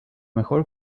mejor